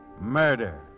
murder